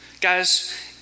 Guys